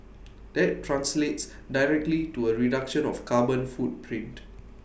that translates directly to A reduction of carbon footprint